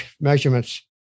measurements